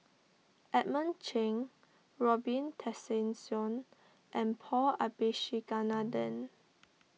Edmund Cheng Robin Tessensohn and Paul Abisheganaden